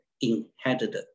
inherited